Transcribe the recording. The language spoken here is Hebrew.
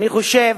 אני חושב